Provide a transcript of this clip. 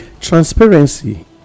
transparency